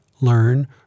Learn